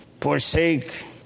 forsake